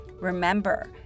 Remember